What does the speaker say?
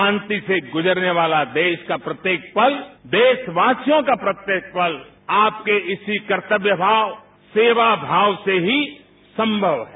शांति से गुजरने वाला देश का प्रत्येक पल देशवासियों का प्रत्येक पल आपके इसी कर्तव्यभाव सेवाभाव से ही संभव है